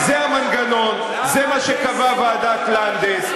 זה המנגנון, זה מה שקבעה ועדת לנדס.